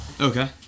Okay